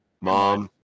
Mom